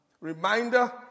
reminder